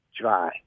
dry